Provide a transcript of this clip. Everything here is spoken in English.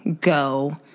go